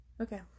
Okay